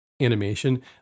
animation